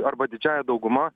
arba didžiąja dauguma